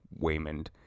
Waymond